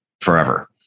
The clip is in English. forever